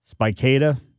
Spicata